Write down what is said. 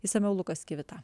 išsamiau lukas kivita